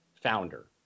founder